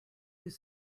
use